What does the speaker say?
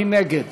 מי נגד?